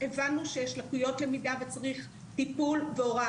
אני אנסה לעשות סדר בכל הדברים כי יש פה ערבוב של הרבה